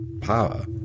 power